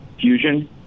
fusion